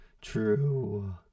True